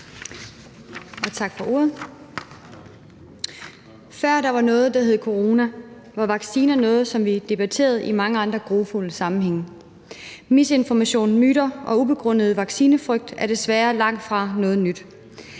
Før der var noget, der hed corona, var vacciner noget, som vi debatterede i mange andre grufulde sammenhænge. Misinformation, myter og ubegrundet vaccinefrygt er desværre langtfra noget nyt.